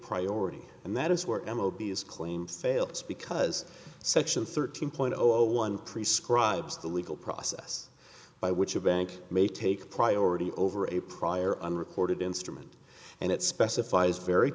priority and that is where m o b s claim fails because section thirteen point zero zero one prescribes the legal process by which a bank may take priority over a prior unrecorded instrument and it specifies very